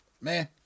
man